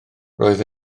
roedd